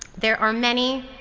there are many,